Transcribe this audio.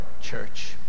church